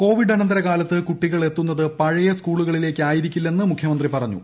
Covid അനന്തര കാലത്ത് കുട്ടിക്ൿ എത്തുന്നത് പഴയ സ്കൂളുകളിലേക്ക് ആയിരിക്കീർല്ലെന്ന് മുഖ്യമന്ത്രി പറഞ്ഞു